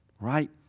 right